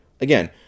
Again